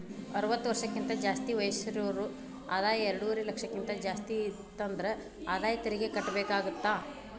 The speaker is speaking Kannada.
ಅರವತ್ತ ವರ್ಷಕ್ಕಿಂತ ಜಾಸ್ತಿ ವಯಸ್ಸಿರೋರ್ ಆದಾಯ ಎರಡುವರಿ ಲಕ್ಷಕ್ಕಿಂತ ಜಾಸ್ತಿ ಇತ್ತಂದ್ರ ಆದಾಯ ತೆರಿಗಿ ಕಟ್ಟಬೇಕಾಗತ್ತಾ